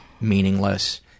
meaningless